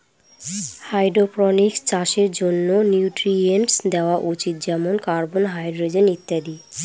hydroponics চাষের জন্য nutrients দেওয়া উচিত যেমন কার্বন, হাইড্রজেন ইত্যাদি